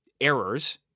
errors